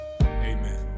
Amen